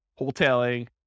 wholesaling